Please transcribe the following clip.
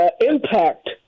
Impact